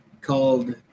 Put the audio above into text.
called